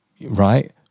Right